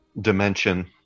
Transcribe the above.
dimension